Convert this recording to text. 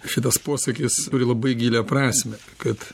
šitas posakis turi labai gilią prasmę kad